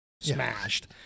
smashed